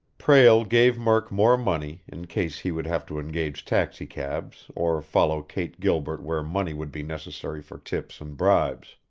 prale gave murk more money, in case he would have to engage taxicabs or follow kate gilbert where money would be necessary for tips and bribes.